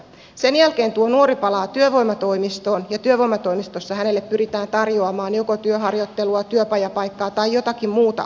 sen jälkeen tuo nuori palaa työvoimatoimistoon ja työvoimatoimistossa hänelle pyritään tarjoamaan joko työharjoittelua työpajapaikkaa tai jotakin muuta aktiivitointa